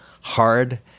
hard